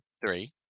three